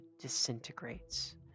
disintegrates